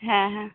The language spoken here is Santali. ᱦᱮᱸ ᱦᱮᱸ